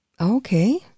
Okay